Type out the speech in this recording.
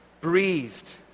breathed